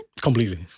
Completely